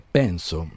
penso